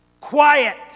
quiet